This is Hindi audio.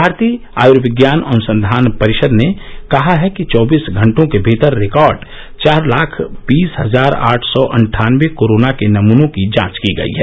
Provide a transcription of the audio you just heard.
भारतीय आयुर्विज्ञान अनुसंघान परिषद ने कहा है कि चौबीस घंटों के भीतर रिकार्ड चार लाख बीस हजार आठ सौ अन्ठानबे कोरोना के नमनों की जांच की गयी है